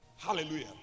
Hallelujah